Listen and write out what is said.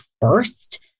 first